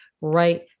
right